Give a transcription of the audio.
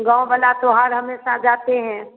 गाँव वाला तो हर हमेशा जाते हैं